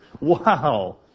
wow